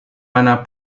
mana